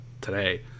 today